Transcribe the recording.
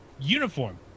uniform